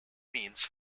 means